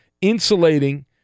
insulating